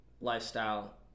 lifestyle